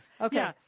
Okay